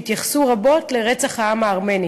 שהתייחסו רבות לרצח העם הארמני